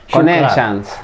Connections